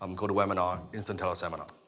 um go to webinar, instant teleseminar.